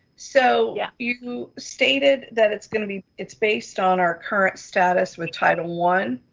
so yeah you stated that it's gonna be it's based on our current status with title one.